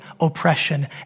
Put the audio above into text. oppression